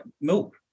milk